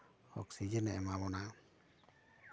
ᱚᱠᱥᱤᱡᱮᱱᱮ ᱮᱢᱟ ᱵᱚᱱᱟ